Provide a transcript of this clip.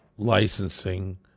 licensing